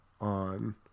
on